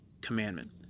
commandment